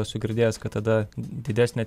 esu girdėjęs kad tada didesnė